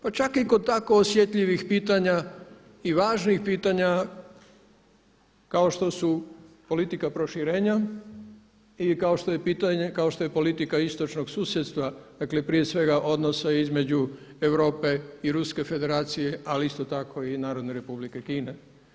Pa čak i kod tako osjetljivih pitanja i važnih pitanja kao što su politika proširenja i kao što je politika istočnog susjedstva, dakle prije svega odnosa između Europe i Ruske federacije ali isto tako i Narodne Republike Kine.